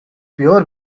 pure